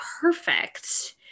perfect